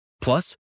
Plus